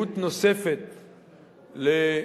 רבים מאוד, כי הארץ הזאת היא שלהם.